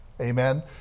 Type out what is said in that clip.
Amen